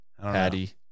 Patty